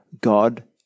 God